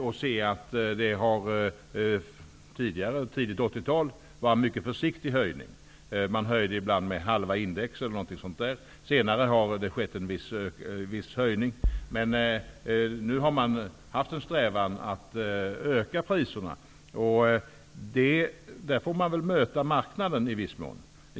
Då finner man att det under tidigt 80-tal skedde en mycket försiktig höjning. Man höjde ibland med halva index eller någonting sådant. Senare har det skett en viss ökning, men nu har man haft en strävan att höja priserna. I viss mån får man väl möta marknaden.